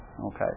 Okay